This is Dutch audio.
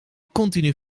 continu